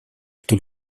что